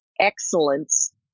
Excellence